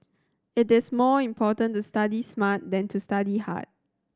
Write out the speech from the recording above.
it is more important to study smart than to study hard